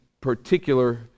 particular